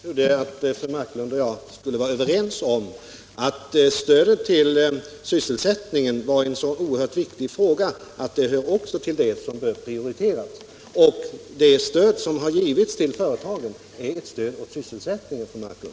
Herr talman! Jag trodde att fru Marklund och jag skulle kunna vara överens om att stödet till sysselsättningen var en så oerhört viktig fråga att den hör till dem som bör prioriteras. Det stöd som har givits till företagen är ju också ett stöd för sysselsättningen, fru Marklund!